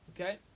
Okay